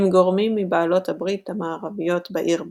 עם גורמים מבעלות הברית המערביות בעיר ברן,